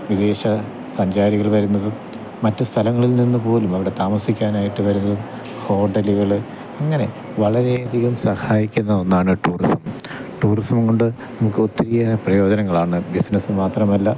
വിദേശ സഞ്ചാരികൾ വരുന്നതും മറ്റുസ്ഥലങ്ങളിൽ നിന്നുപോലും അവിടെ താമസിക്കാനായിട്ട് വരുന്നതും ഹോട്ടലുകൾ അങ്ങനെ വളരെയധികം സഹായിക്കുന്ന ഒന്നാണ് ടൂറിസം ടൂറിസംകൊണ്ട് നമ്മൾക്ക് ഒത്തിരിയേറെ പ്രയോജനങ്ങളാണ് ബിസിനെസ്സ് മാത്രമല്ല